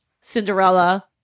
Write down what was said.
Cinderella